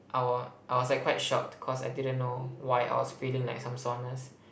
I w~ I was like quite shocked cause I didn't know why I was feeling like some soreness